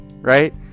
right